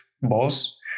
boss